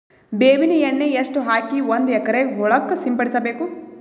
ಬೇವಿನ ಎಣ್ಣೆ ಎಷ್ಟು ಹಾಕಿ ಒಂದ ಎಕರೆಗೆ ಹೊಳಕ್ಕ ಸಿಂಪಡಸಬೇಕು?